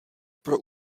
pro